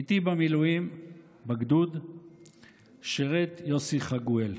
איתי במילואים בגדוד שירת יוסי חגואל,